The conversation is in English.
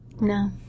No